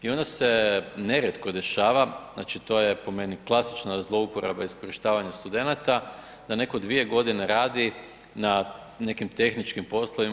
I onda se nerijetko dešava, znači to je po meni klasična zlouporaba i iskorištavanje studenata da neko dvije godine radi na nekim tehničkim poslovima.